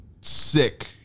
sick